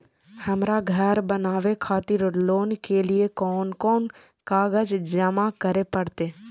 हमरा घर बनावे खातिर लोन के लिए कोन कौन कागज जमा करे परते?